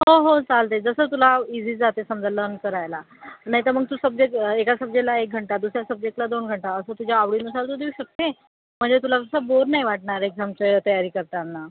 हो हो चालतं आहे जसं तुला इझी जाते समजा लर्न करायला नाही तर मग तू सब्जेक्ट एका सब्जेकला एक घंटा दुसऱ्या सब्जेक्टला दोन घंटा असं तुझ्या आवडीनुसार तू देऊ शकते म्हणजे तुला असं बोर नाही वाटणार एक्झामच्या वेळेला तयारी करताना